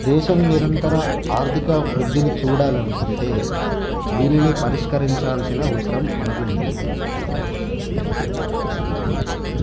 దేశం నిరంతర ఆర్థిక వృద్ధిని చూడాలి అనుకుంటే దీనిని పరిష్కరించాల్సిన అవసరం మనకుఉంది